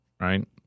right